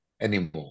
anymore